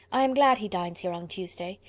i am glad he dines here on tuesday.